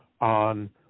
on